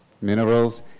minerals